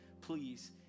please